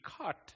cut